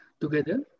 together